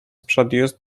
produced